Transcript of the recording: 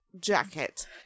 jacket